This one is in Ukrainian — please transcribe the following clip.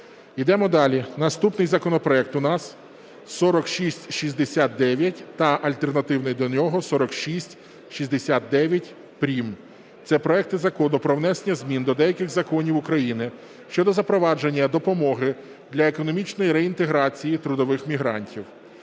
Наступний законопроект у нас 4669 та альтернативний до нього 4669 прим. Це проекти Закону про внесення змін до деяких законів України щодо запровадження допомоги для економічної реінтеграції трудових мігрантів.